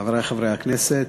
חברי חברי הכנסת,